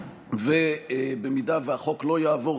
ואם החוק לא יעבור,